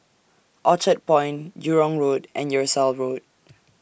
Orchard Point Jurong Road and Tyersall Road